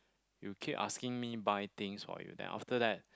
you keep asking me buy things for you then after that